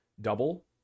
double